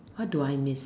what do I miss